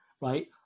right